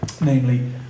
namely